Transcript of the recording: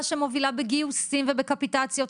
חולים שמובילה בגיוסים ובקפיטציות,